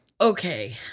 Okay